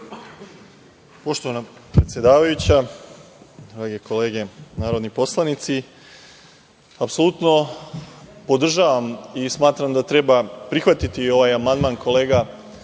Poštovana predsedavajuća, drage kolege, narodni poslanici, apsolutno podržavam i smatram da treba prihvatiti ovaj amandman kolega